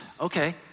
Okay